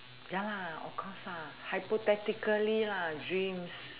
ya lah of course ah hypothetically lah dreams